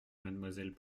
mademoiselle